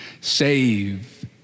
save